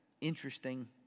interesting